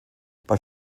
bei